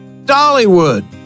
Dollywood